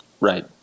Right